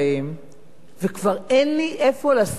וכבר אין לי איפה לשים אותם בבית,